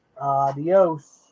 Adios